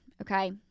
okay